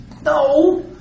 No